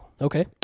Okay